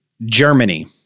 Germany